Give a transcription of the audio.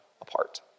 apart